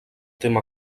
tema